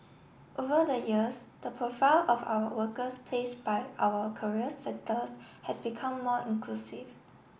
over the years the profile of our workers place by our career centres has become more inclusive